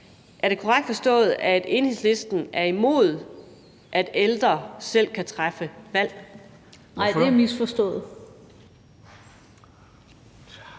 Er det korrekt forstået, at Enhedslisten er imod, at ældre selv kan træffe valg? Kl. 16:11 Formanden